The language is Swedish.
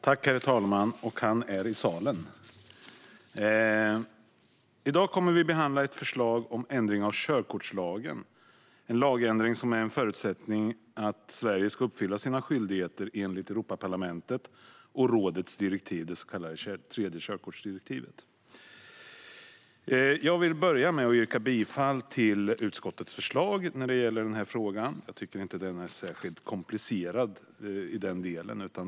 Herr talman! I dag kommer vi att behandla ett förslag om ändring av körkortslagen, en lagändring som är en förutsättning för att Sverige ska uppfylla sina skyldigheter enligt Europaparlamentets och rådets direktiv, det så kallade tredje körkortsdirektivet. Jag yrkar bifall till utskottets förslag när det gäller den frågan. Jag tycker inte att den är särskilt komplicerad i den delen.